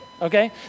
okay